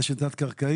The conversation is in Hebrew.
רשת תת קרקעית,